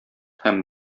һәм